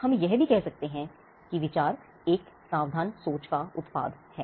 हम यह भी कह सकते हैं कि विचार एक सावधान सोच का उत्पाद है